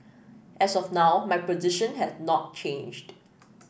as of now my position has not changed